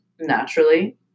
naturally